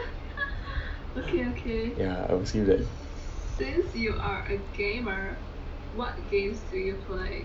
ya I will skip that